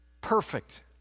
perfect